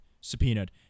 subpoenaed